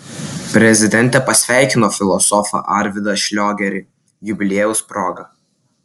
prezidentė pasveikino filosofą arvydą šliogerį jubiliejaus proga